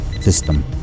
system